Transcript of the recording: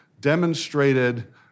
demonstrated